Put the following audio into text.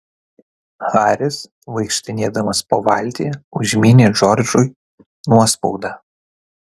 haris vaikštinėdamas po valtį užmynė džordžui nuospaudą